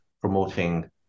promoting